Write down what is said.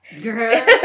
Girl